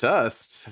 Dust